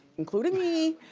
including me,